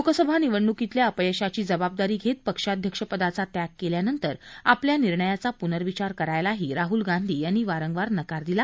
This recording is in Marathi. लोकसभा निवडणुकीतल्या अपयशाची जबाबदारी घेत पक्षाध्यक्षपदाचा त्याग केल्यानंतर आपल्या निर्णयाचा पूनर्विचार करायलाही राहल गांधी यांनी वारंवार नकार दिला